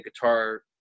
guitar